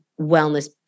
wellness